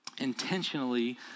intentionally